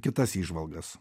kitas įžvalgas